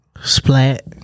Splat